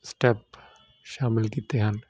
step ਸ਼ਾਮਿਲ ਕੀਤੇ ਹਨ